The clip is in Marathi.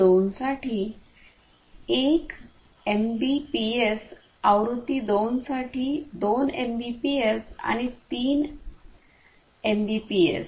2 साठी 1 एमबीपीएस आवृत्ती 2 साठी 2 एमबीपीएस आणि 3 एमबीपीएस